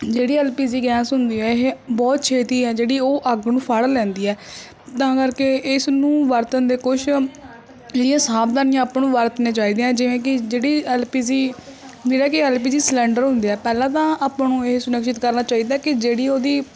ਜਿਹੜੀ L P G gas ਹੁੰਦੀ ਆ ਇਹ ਬਹੁਤ ਛੇਤੀ ਆ ਜਿਹੜੀ ਉਹ ਅੱਗ ਨੂੰ ਫੜ ਲੈਂਦੀ ਹੈ ਤਾਂ ਕਰਕੇ ਇਸ ਨੂੰ ਵਰਤਣ ਦੇ ਕੁਝ ਲੀਏ ਸਾਵਧਾਨੀਆਂ ਆਪਾਂ ਨੂੰ ਵਰਤਣੀਆਂ ਚਾਹੀਦੀਆ ਜਿਵੇਂ ਕੀ ਜਿਹੜੀ ਐਲ ਪੀ ਜੀ ਜਿਹੜਾ ਕੀ ਐਲ ਪੀ ਜੀ ਸਿਲੰਡਰ ਹੁੰਦੇ ਆ ਪਹਿਲਾਂ ਤਾਂ ਆਪਾਂ ਨੂੰ ਇਹ ਸੁਨਿਕਸ਼ਿਤ ਕਰਨਾ ਚਾਹੀਦਾ ਕਿ ਜਿਹੜੀ ਉਹਦੀ